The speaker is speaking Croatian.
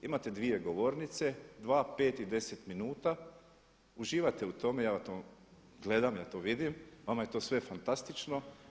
Imate dvije govornice, dva, pet i deset minuta, uživate u tome ja to gledam, ja to vidim, vama je to sve fantastično.